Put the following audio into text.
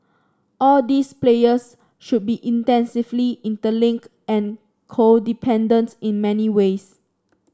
all these players should be intensively interlink and codependent in many ways